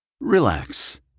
Relax